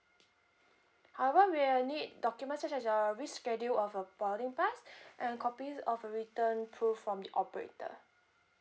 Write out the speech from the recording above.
however we will need documents such as your reschedule of your boarding pass and copies of a return proof from the operator